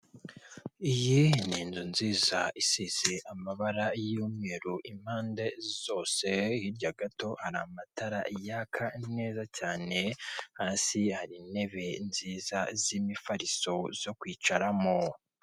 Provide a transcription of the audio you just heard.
Iyi ni inzu nziza isize amabara y'umweru impande zose, hirya gato hari amatara yaka neza cyane, hasi hari intebe nziza z'imifariso zo kwicaramo.